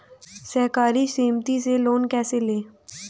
सहकारी समिति से लोन कैसे लें?